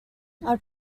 are